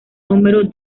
número